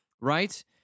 right